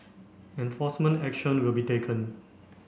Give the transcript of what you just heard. enforcement action will be taken